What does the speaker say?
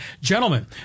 gentlemen